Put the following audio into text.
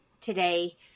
today